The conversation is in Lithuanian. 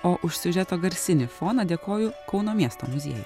o už siužeto garsinį foną dėkoju kauno miesto muziejuj